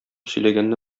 сөйләгәнне